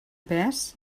pes